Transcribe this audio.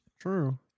True